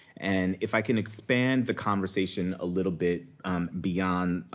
and if i can expand the conversation a little bit beyond,